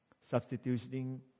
substituting